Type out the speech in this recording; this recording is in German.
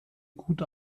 gut